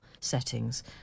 settings